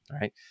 right